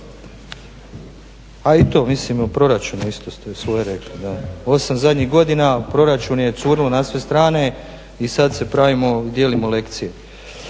A i to mislim o proračunu isto ste svoje rekli. 8 zadnjih godina a proračun je curilo na sve strane i sada se pravimo dijelimo lekcije.